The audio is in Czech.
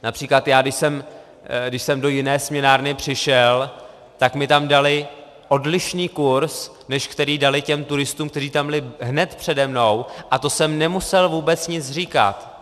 Například když jsem do jiné směnárny přišel, tak mi tam dali odlišný kurz, než který dali turistům, kteří tam byli hned přede mnou, a to jsem nemusel vůbec nic říkat.